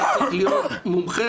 לא צריך להיות מומחה,